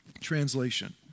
Translation